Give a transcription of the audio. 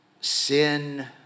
sin